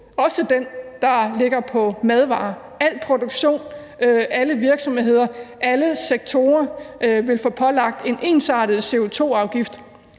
også den, der ligger på madvarer. Al produktion, alle virksomheder, alle sektorer vil blive pålagt en ensartet CO2-afgift,